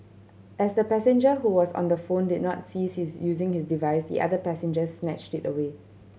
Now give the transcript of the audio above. as the passenger who was on the phone did not cease using his device the other passenger snatched it away